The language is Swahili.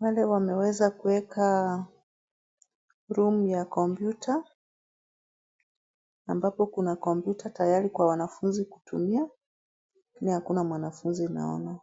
Wale wameweza kuweka room ya kompyuta ambapo kuna kompyuta kwa wanafunzi tayari kutumia lakini hakuna mwanafunzi naona.